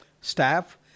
staff